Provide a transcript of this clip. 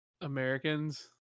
Americans